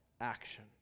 action